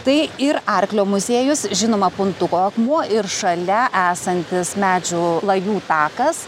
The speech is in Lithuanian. tai ir arklio muziejus žinoma puntuko akmuo ir šalia esantis medžių lajų takas